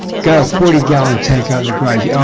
got a forty gallon tank out in the garage, yeah